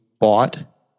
bought